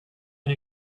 and